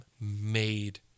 made